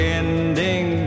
ending